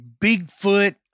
Bigfoot